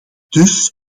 dus